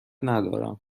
ندارم